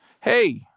Hey